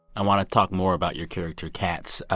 i want to talk more about your character kat's